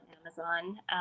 Amazon